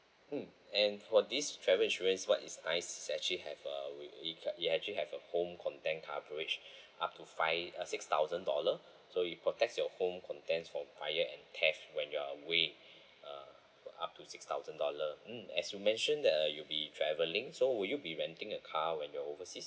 mm and for this travel insurance what is nice is actually have err we it actually have a home content coverage up to five uh six thousand dollar so it protects your home contents for fire and theft when you're away uh up to six thousand dollar mm as you mentioned that uh you'll be travelling so would you be renting a car when you're overseas